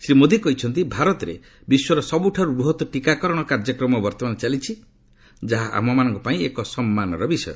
ଶ୍ରୀ ମୋଦୀ କହିଛନ୍ତି ଭାରତରେ ବିଶ୍ୱର ସବୁଠାରୁ ବୃହତ ଟିକାକରଣ କାର୍ଯ୍ୟକ୍ରମ ବର୍ତ୍ତମାନ ଚାଲିଛି ଯାହା ଆମପାଇଁ ଏକ ସମ୍ମାନର ବିଷୟ